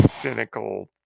cynical